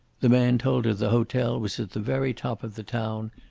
the man told her the hotel was at the very top of the town,